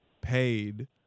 paid –